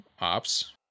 ops